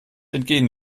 entgehen